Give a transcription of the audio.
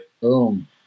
Boom